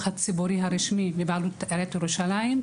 הציבורי הרשמי בבעלות עיריית ירושלים,